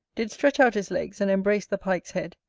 did stretch out his legs and embrace the pike's head,